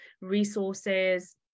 resources